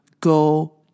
go